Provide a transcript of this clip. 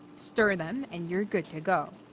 stir them and you're good to go.